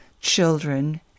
children